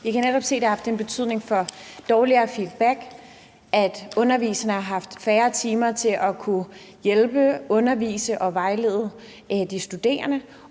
Vi kan netop se, at det har haft en betydning for dårligere feedback; at underviserne har haft færre timer til at kunne hjælpe, undervise og vejlede de studerende;